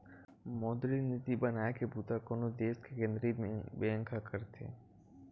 मौद्रिक नीति बनाए के बूता कोनो देस के केंद्रीय बेंक ह करथे